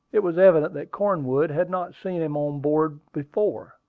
it was evident that cornwood had not seen him on board before,